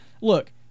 look